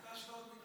חס ושלום.